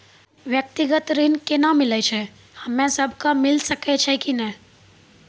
व्यक्तिगत ऋण केना मिलै छै, हम्मे सब कऽ मिल सकै छै कि नै?